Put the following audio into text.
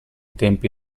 tempi